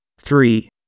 three